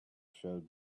showed